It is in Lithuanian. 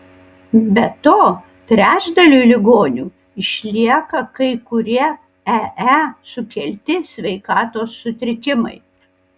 be to trečdaliui ligonių išlieka kai kurie ee sukelti sveikatos sutrikimai